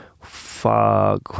Fuck